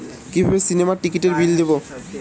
কিভাবে সিনেমার টিকিটের বিল দেবো?